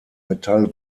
metall